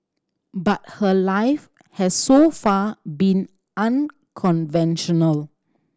but her life has so far been unconventional